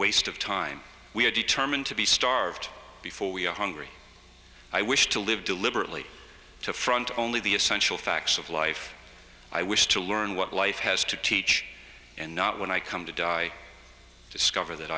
waste of time we are determined to be starved before we are hungry i wish to live deliberately to front only the essential facts of life i wish to learn what life has to teach and not when i come to die i discover that